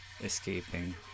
escaping